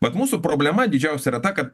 vat mūsų problema didžiausia yra ta kad